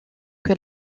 que